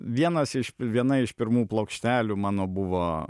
vienas iš viena iš pirmų plokštelių mano buvo